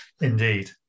Indeed